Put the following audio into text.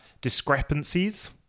discrepancies